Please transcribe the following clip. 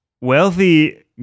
Wealthy